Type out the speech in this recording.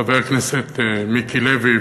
חבר הכנסת מיקי לוי,